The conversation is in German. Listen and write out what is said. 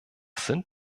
sind